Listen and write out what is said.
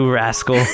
rascal